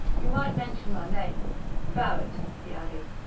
you might mention my name barrett, he added.